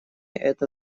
это